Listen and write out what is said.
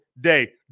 day